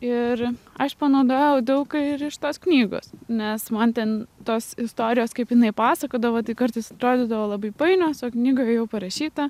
ir aš panaudojau daug ir iš tos knygos nes man ten tos istorijos kaip jinai pasakodavo tai kartais atrodydavo labai painios o knygoje parašyta